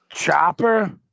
Chopper